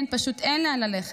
פשוט אין לאן ללכת,